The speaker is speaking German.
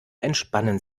entspannen